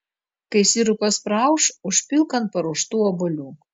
kai sirupas praauš užpilk ant paruoštų obuolių